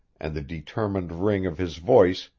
and the determined ring of his voice,